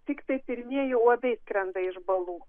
tiktai pirmieji uodai skrenda iš balų